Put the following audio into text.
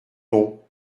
ton